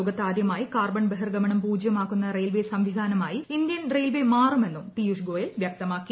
ലോകത്താദ്യമായി carbon ബഹിർഗമനം പൂജ്യമാക്കുന്ന railway സംവിധാനമായി ഇന്ത്യൻ റെയിൽവേ മാറുമെന്നും പിയൂഷ് ഗോയൽ വ്യക്തമാക്കി